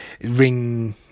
Ring